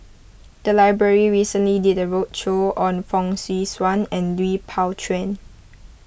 the library recently did a roadshow on Fong Swee Suan and Lui Pao Chuen